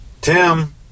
Tim